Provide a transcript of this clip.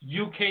UK